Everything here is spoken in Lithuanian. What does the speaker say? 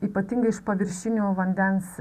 ypatingai iš paviršinių vandens